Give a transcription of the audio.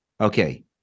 Okay